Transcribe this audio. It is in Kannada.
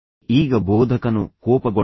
ಈಗ ಬೋಧಕನು ಕೋಪಗೊಂಡನು